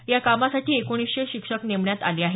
या कामासाठी एकोणीसशे शिक्षक नेमण्यात आले आहेत